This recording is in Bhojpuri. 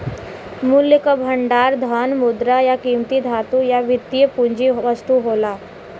मूल्य क भंडार धन, मुद्रा, या कीमती धातु या वित्तीय पूंजी वस्तु होला